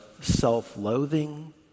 self-loathing